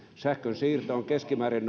sähkönsiirto on noussut keskimäärin